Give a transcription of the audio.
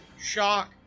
shock